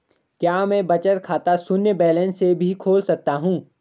क्या मैं बचत खाता शून्य बैलेंस से भी खोल सकता हूँ?